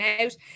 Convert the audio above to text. out